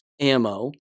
ammo